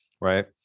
Right